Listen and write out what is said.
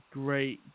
great